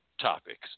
topics